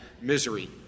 misery